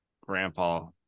grandpa